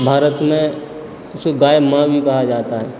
भारत में उसको गाय माँ भी कहा जाता है